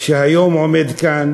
שהיום עומד כאן,